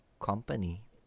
company